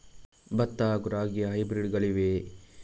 ಭತ್ತ ಹಾಗೂ ರಾಗಿಯ ಹೈಬ್ರಿಡ್ ಗಳಿವೆಯೇ?